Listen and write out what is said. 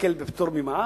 שקל בפטור ממע"מ?